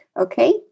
okay